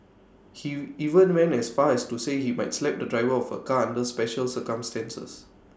he even went as far as to say he might slap the driver of A car under special circumstances